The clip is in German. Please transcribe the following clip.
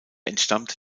entstammte